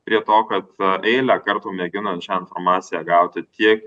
prie to kad eilę kartų mėginom šią informaciją gauti tiek